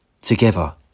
together